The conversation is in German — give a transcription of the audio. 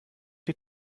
die